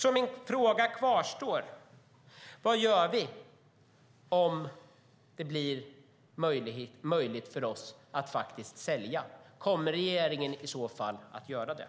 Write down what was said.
Min fråga kvarstår: Vad gör vi om det blir möjligt för oss att faktiskt sälja? Kommer regeringen i så fall att göra det?